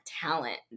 talent